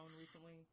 recently